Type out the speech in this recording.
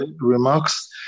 remarks